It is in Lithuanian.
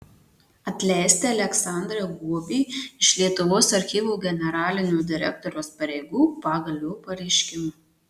atleisti aleksandrą guobį iš lietuvos archyvų generalinio direktoriaus pareigų pagal jo pareiškimą